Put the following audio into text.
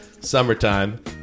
Summertime